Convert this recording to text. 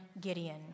Gideon